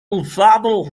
usado